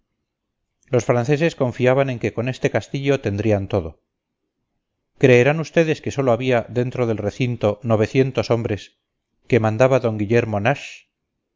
los franceses confiaban en que con este castillo tendrían todo creerán ustedes que sólo había dentro del recinto hombres que mandaba d guillermo nash